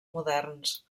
moderns